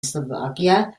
slovakia